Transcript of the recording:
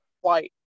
white